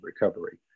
recovery